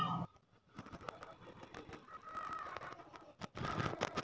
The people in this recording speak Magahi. मुई अपनार बकायार जानकारी कुंठित लिबा सखछी